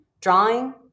drawing